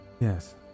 Yes